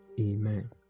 amen